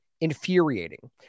infuriating